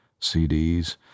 CDs